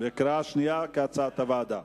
בקריאה שנייה כהצעת הוועדה.